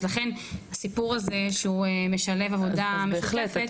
אז לכן הסיפור הזה שהוא משלב עבודה משותפת,